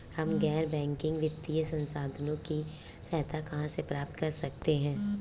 हम गैर बैंकिंग वित्तीय संस्थानों की सहायता कहाँ से प्राप्त कर सकते हैं?